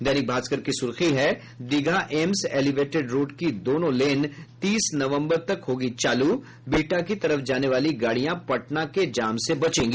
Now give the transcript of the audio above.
दैनिक भास्कर की सुर्खी है दीघा एम्स एलिवेटेड रोड की दोनों लेन तीस नवम्बर तक होगी चाल बिहटा की तरफ जाने वाली गाड़ियां पटना के जाम से बचेंगी